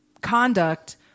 conduct